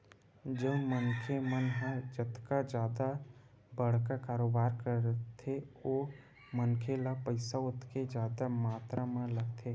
जउन मनखे मन ह जतका जादा बड़का कारोबार करथे ओ मनखे ल पइसा ओतके जादा मातरा म लगथे